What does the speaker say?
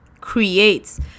creates